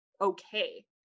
okay